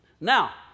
now